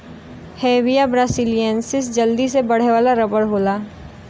Hevea brasiliensis जल्दी से बढ़े वाला रबर होला